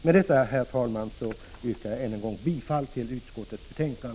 Med detta, herr talman, yrkar jag än en gång bifall till utskottets hemställan.